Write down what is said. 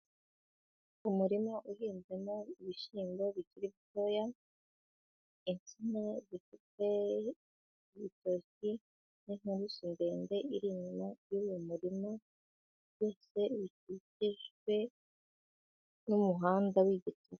Umurima uhinzemo bikiri ibishyimbo bitoya, insina zifite ibitoki n'inturusu ndende iri inyuma y'umurima byose bikikijwe n'umuhanda w'igitaka.